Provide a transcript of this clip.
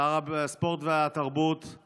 לשר התרבות והספורט,